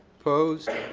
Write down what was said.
opposed.